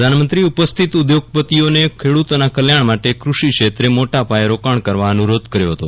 પ્રધાનમંત્રીએ ઉપસ્થિત ઉદ્યોગપતિઓને ખેડૂતોના કલ્યાણ માટે કૃષિક્ષેત્રે મોટાપાયે રોકાણ કરવા અનુરોધ કર્યો હતો